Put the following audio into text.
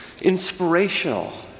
inspirational